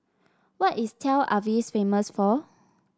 what is Tel Aviv famous for